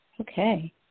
Okay